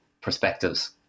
perspectives